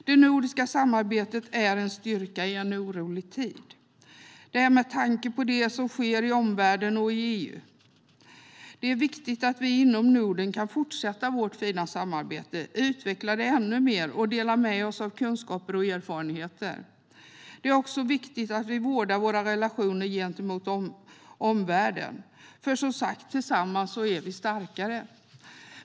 Det nordiska samarbetet är en styrka i en orolig tid, detta med tanke på det som sker i omvärlden och i EU. Det är viktigt att vi i inom Norden kan fortsätta vårt fina samarbete, utveckla det ännu mer och dela med oss av kunskaper och erfarenheter. Det är också viktigt att vi vårdar våra relationer gentemot omvärlden. För, som sagt, tillsammans är vi starkare.